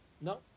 No